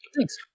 Thanks